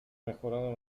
mejorado